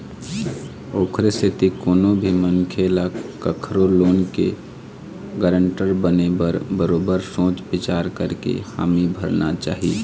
ओखरे सेती कोनो भी मनखे ल कखरो लोन के गारंटर बने बर बरोबर सोच बिचार करके हामी भरना चाही